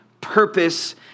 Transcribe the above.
purpose